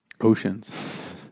Oceans